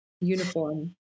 uniform